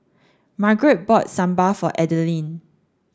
Margret bought Sambar for Adeline